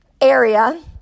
area